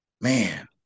man